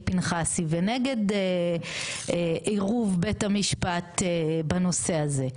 פנחסי ונגד עירוב בית המשפט בנושא הזה,